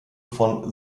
von